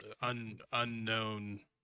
unknown